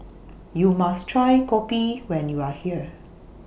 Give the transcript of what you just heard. YOU must Try Kopi when YOU Are here